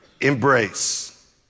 embrace